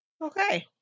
okay